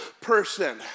person